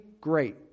great